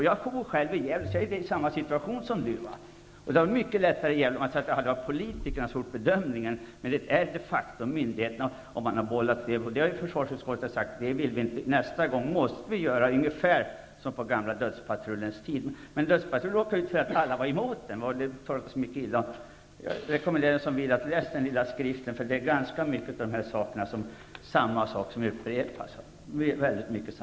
Jag bor själv i Gävle och är i samma situation som Lars Stjernkvist. Det hade varit mycket lättare om det hade varit politikerna som gjort bedömningen i Gävle, men det är de fakto myndigheterna som gjort dem. Man har bollat över ansvaret till dem. Försvarsutskottet har sagt att man inte vill att det skall vara så. Nästa gång måste vi göra ungefär som på gamla dödspatrullens tid. Men dödspatrullen råkade ut för att alla var emot den. Jag rekommenderar er att läsa den lilla skriften som jag talade om förut, för det är i väldigt mycket samma sak som upprepas.